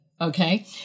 okay